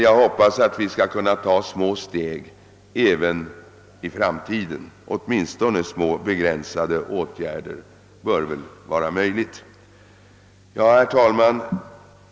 Jag hoppas att även i framtiden åtminstone några små begränsade åtgärder blir möjliga att vidta. Herr talman!